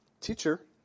Teacher